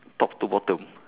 top to bottom